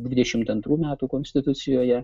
dvidešimt antrų metų konstitucijoje